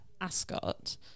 Ascot